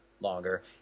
longer